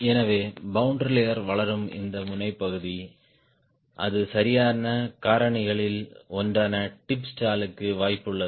எனவே boundary layer வளரும் இந்த முனை பகுதி அது சரியான காரணிகளில் ஒன்றான டிப் ஸ்டாலுக்கு வாய்ப்புள்ளது